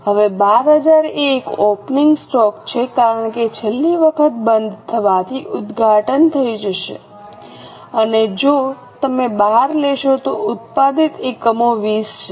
હવે 12000 એ એક ઓપનિંગ સ્ટોક છે કારણ કે છેલ્લી વખત બંધ થવાથી ઉદઘાટન થઈ જશે અને જો તમે 12 લેશો તો ઉત્પાદિત એકમો 20 છે